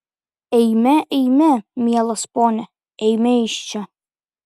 eime eime mielas pone eime iš čia